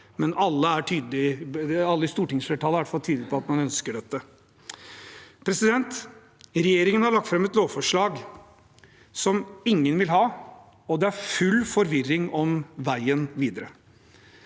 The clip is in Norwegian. fall tydelige på at man ønsker dette. Regjeringen har lagt fram et lovforslag som ingen vil ha, og det er full forvirring om veien videre.